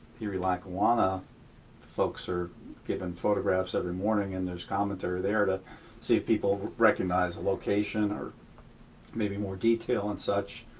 erie lackawanna folks are given photographs every morning and there's commentary there to see if people recognize the location, or maybe more detail and such,